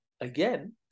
again